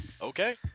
okay